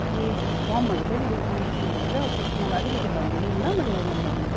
ए फर्महरू कहिलेदेखि इस्यु हुन्छ त्यो चाहिँ मलाई अलिकति भनिदिनु नि ल मलाई यो नम्बरमा